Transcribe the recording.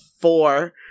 four